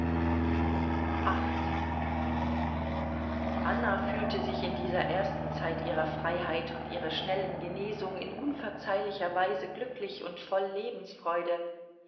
anna fühlte sich in dieser ersten zeit ihrer freiheit und ihrer schnellen genesung in unverzeihlicher weise glücklich und voll lebensfreude